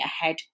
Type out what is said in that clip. ahead